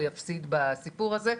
או יפסיד בסיפור הזה,